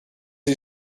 you